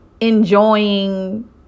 enjoying